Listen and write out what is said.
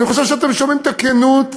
ואני חושב שאתם שומעים את הכנות,